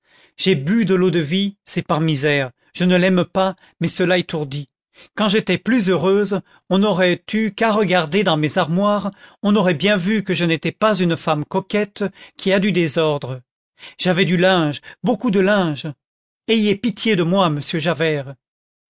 j'ai bu de l'eau-de-vie c'est par misère je ne l'aime pas mais cela étourdit quand j'étais plus heureuse on n'aurait eu qu'à regarder dans mes armoires on aurait bien vu que je n'étais pas une femme coquette qui a du désordre j'avais du linge beaucoup de linge ayez pitié de moi monsieur javert